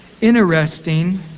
Interesting